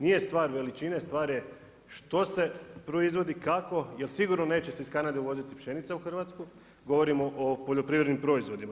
Nije stvar veličine, stvar je što se proizvodi, kako jel sigurno neće se iz Kanade uvoziti pšenica u Hrvatsku, govorimo o poljoprivrednim proizvodima.